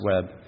web